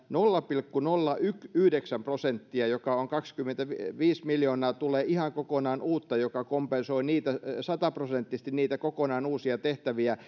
nolla pilkku nolla yhdeksän prosenttia mikä on kaksikymmentäviisi miljoonaa tulee ihan kokonaan uutta mikä kompensoi sataprosenttisesti niitä kokonaan uusia tehtäviä